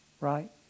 Right